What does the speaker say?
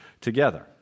together